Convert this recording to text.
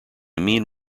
mean